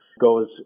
goes